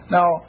Now